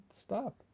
stop